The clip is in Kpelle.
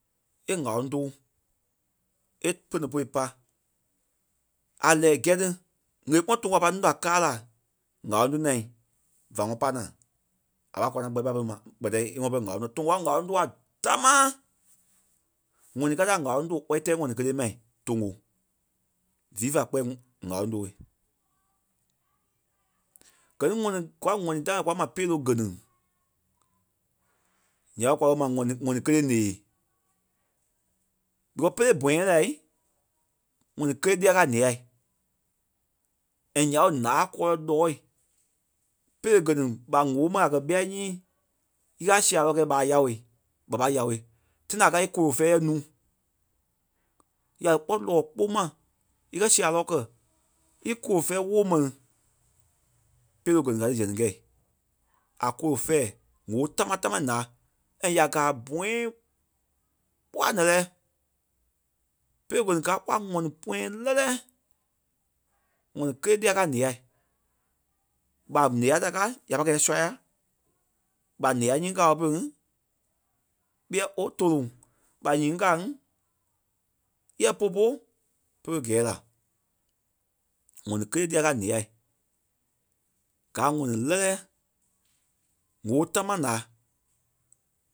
ɓa gaa a noa tée nunu ŋuŋ ma. Kâŋ a noa tée nunu- nunu ŋuŋ ma. Nyaa máŋ a kɛ̀ a kɔ́ kolo kɔ gɛ́ nyɛ̃̂ɛ kɔri pe wɔ̀ kpɛtɛ pere kaa la. Gaa a ŋɔni lɛlɛ. Gɛ ní ŋɔni ta kwa ma piliyaŋ. Piliyaŋ kaa yɛ toŋgo. Kɛɛ núu ta da kɛ̀ ma lɔɔ toŋgo. Gaa a ŋɔni kɛtɛ va tɛ̀ ɣelê a sia ǹɔɔ su. Biyɛɛ̂i kpɔ́ ŋ̀á-ŋanaa. Biyɛɛ̂i kpɔ́ a ǹɛ́lɛɛ kwa kɛ̀ ma lɔɔ toŋgo kɛɛ ǹaa kpɔ́ piliyaŋ. ɓîa ífe gɔlɔŋ ɓa gaa lɔɔ̂i ya gaa yɛ toŋgo. Bere piliyaŋ kɛɛ la. ŋ̀aa tɛɛ. Gaa a ŋɔni lɛ́lɛ a kɛ̀ lɔɔ̂i. Kɛɛ ɓɛ ŋɔni ŋai da dí ŋáloŋ tóo naa da dí ŋáloŋ tóo dí ŋáloŋ kaa la walaa. Gbɔyɔ m̀á kpɔ́ ya pâi gaa kpɔ́ kpɔ́ kpɔ́ kpɔ́ gbàŋ ŋai su. Kpɔ́ gbɔlɔ ɓɛ kpɔ́ ya pâi gaa kpɔ́ naa fũa-fuâa ti da sia kpɔ́ dí dí dí- dí- dí dí ŋáloŋ tóo la dí dí kpáwɔ láa kpɔ́. Da dí ŋáloŋ tóo da dikɛ dí ŋáloŋ na dí ŋɔnɔ zia dí ŋɔnɔ pene polu. Bere nɔ toŋgo kɛɛ la. Toŋgo fá daa tɔɔ. Toŋgo a daa a ŋ̀áloŋ tóo tuluŋ ŋa gôi kpɔlɔ su. Kɛɛ toŋgo a kɛ̀ ŋ̀áloŋ tóo kpáwɔ laa e lí